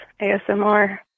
ASMR